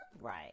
Right